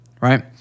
right